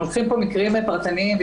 לוקחים פה מקרים פרטניים.